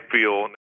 feel